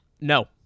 No